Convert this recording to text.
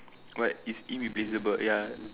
but it's irreplaceable ya